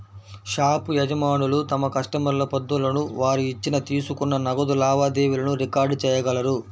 shop యజమానులు తమ కస్టమర్ల పద్దులను, వారు ఇచ్చిన, తీసుకున్న నగదు లావాదేవీలను రికార్డ్ చేయగలరు